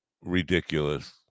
ridiculous